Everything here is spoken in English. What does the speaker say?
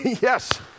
yes